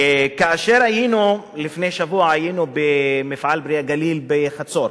כאשר היינו לפני שבוע במפעל "פרי הגליל" בחצור,